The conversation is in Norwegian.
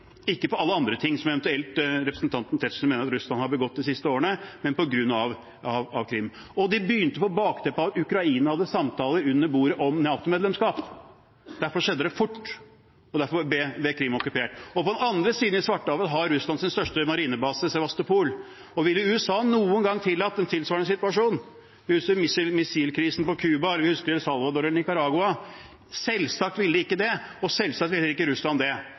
på grunn av Krim, ikke alle andre ting som representanten Tetzschner eventuelt mener at Russland har begått de siste årene, men på grunn av Krim. Og de begynte mot bakteppet av at Ukraina hadde samtaler under bordet om NATO-medlemskap. Derfor skjedde det fort, og derfor ble Krim okkupert. På den andre siden av Svartehavet har Russland sin største marinebase, Sevastopol. Ville USA noen gang tillatt en tilsvarende situasjon? Vi husker missilkrisen på Cuba, vi husker El Salvador og Nicaragua. Selvsagt ville de ikke det, og selvsagt ville heller ikke Russland det.